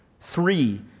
Three